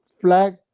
flag